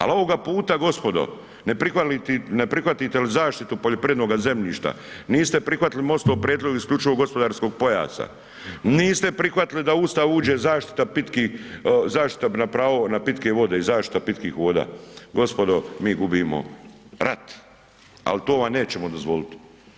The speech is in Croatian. Ali ovoga puta gospodo ne prihvatite li zaštitu poljoprivrednoga zemljišta, niste prihvatili MOST-ov prijedlog isključivog gospodarskog pojasa, niste prihvatili da u Ustav uđe zaštita pitkih, zaštita na pravo na pitke vode i zaštita pitkih voda, gospodo mi gubimo rat, ali to vam nećemo dozvoliti.